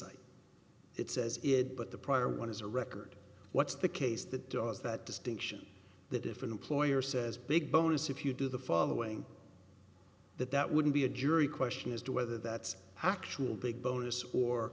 cite it says it but the prior one is a record what's the case that does that distinction the different employer says big bonus if you do the following that that wouldn't be a jury question as to whether that's how actual big bonuses or